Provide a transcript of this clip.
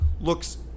looks